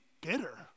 bitter